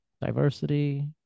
diversity